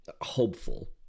hopeful